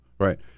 Right